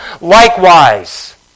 likewise